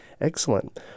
Excellent